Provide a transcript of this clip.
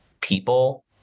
people